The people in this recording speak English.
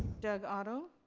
doug otto.